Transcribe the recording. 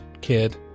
kid